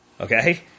okay